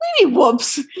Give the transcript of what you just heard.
Whoops